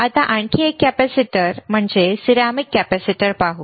आता आणखी एक कॅपेसिटर सिरेमिक कॅपेसिटर पाहू